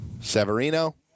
Severino